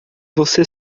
você